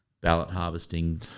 ballot-harvesting